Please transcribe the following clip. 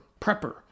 prepper